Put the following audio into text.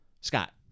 Scott